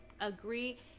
agree